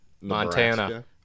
Montana